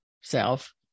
self